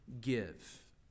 give